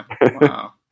wow